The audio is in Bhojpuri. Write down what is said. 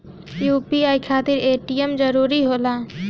यू.पी.आई खातिर ए.टी.एम जरूरी होला?